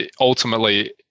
ultimately